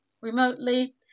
remotely